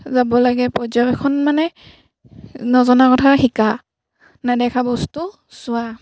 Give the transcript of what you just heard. যাব লাগে পৰ্যবেক্ষণ মানে নজনা কথা শিকা নেদেখা বস্তু চোৱা